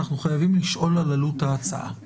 אנחנו חייבים לשאול על עלות ההצעה.